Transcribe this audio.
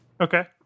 okay